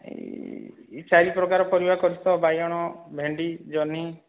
ଏଇ ଚାରି ପ୍ରକାର ପରିବା କରିଛୁ ତ ଆଉ ବାଇଗଣ ଭେଣ୍ଡି ଜହ୍ନି